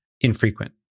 infrequent